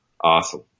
awesome